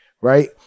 right